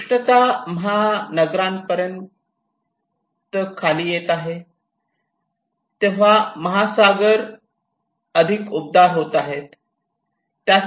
उष्णता महानगरापर्यंत खाली येत आहे तेव्हा महासागर अधिक उबदार होत आहेत